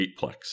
eightplex